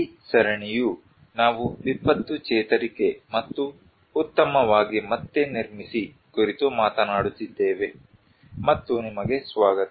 ಈ ಸರಣಿಯು ನಾವು ವಿಪತ್ತು ಚೇತರಿಕೆ ಮತ್ತು ಉತ್ತಮವಾಗಿ ಮತ್ತೆ ನಿರ್ಮಿಸಿ ಕುರಿತು ಮಾತನಾಡುತ್ತಿದ್ದೇವೆ ಮತ್ತು ನಿಮಗೆ ಸ್ವಾಗತ